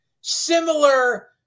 similar